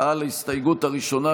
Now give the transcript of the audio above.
על ההסתייגות הראשונה,